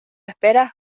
esperas